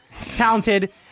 talented